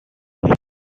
used